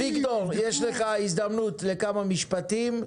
אביגדור, יש לך הזדמנות לכמה משפטים.